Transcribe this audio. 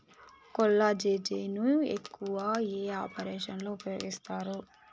కొల్లాజెజేని ను ఎక్కువగా ఏ ఆపరేషన్లలో ఉపయోగిస్తారు?